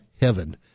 heaven